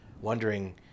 wondering